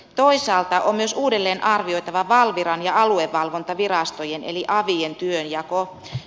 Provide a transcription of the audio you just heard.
toisaalta on myös uudelleenarvioitava valviran ja aluevalvontavirastojen eli avien työnjako